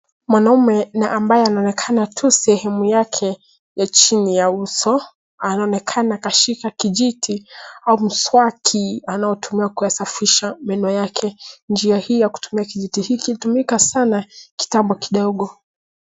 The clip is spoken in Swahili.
Mwanaume na ambaye anaonekana tu sehemu yake ya chini ya uso, anaonekana kashika kijiti au mswaki anayotumia kuyasafisha meno yake, njia hii ya kutumia kijiti hiki hutumika sana kitambo kidogo.